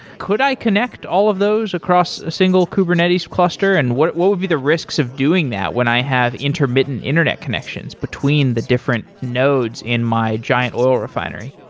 could i connect all of those across a single kubernetes cluster and what what would be the risks of doing that when i have intermittent internet connections between the different nodes in my giant oil refinery?